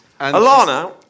Alana